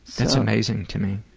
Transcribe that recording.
that's amazing to me.